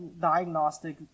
diagnostic